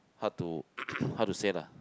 hard to hard to say lah